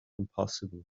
impossible